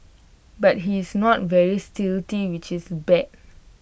but he is not very stealthy which is bad